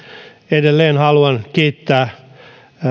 edelleen haluan kiittää